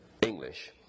English